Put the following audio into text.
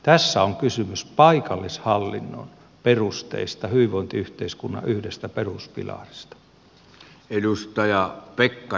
tässä on kysymys paikallishallinnon perusteista hyvinvointiyhteiskunnan yhdestä peruspilarista